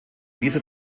dieser